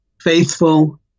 faithful